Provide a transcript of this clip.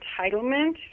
entitlement